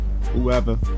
whoever